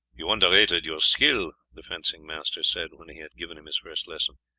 you underrated your skill, the fencing-master said when he had given him his first lesson.